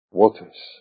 waters